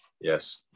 Yes